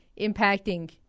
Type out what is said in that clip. impacting